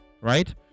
right